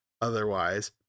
otherwise